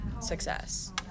success